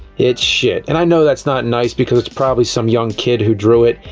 it's shit. and i know that's not nice, because it's probably some young kid who drew it,